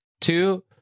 two